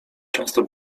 często